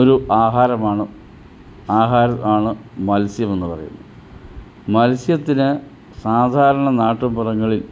ഒരു ആഹാരമാണ് ആഹാരം ആണ് മത്സ്യമെന്ന് പറയുന്നത് മത്സ്യത്തിന് സാധാരണ നാട്ടിൻ പുറങ്ങളിൽ